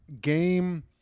game